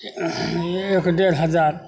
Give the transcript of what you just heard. एक डेढ़ हजार